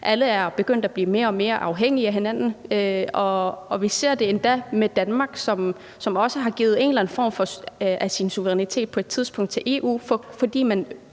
Alle er begyndt at blive mere og mere afhængige af hinanden, og vi ser det endda med Danmark, som på et tidspunkt også har afgivet en eller anden del af sin suverænitet til EU, fordi man